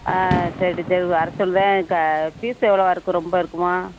ஆ சரி டீச்சர் வர சொல்கிறேன் க ஃபீஸ் எவ்வளோவா இருக்கும் ரொம்ப இருக்குமா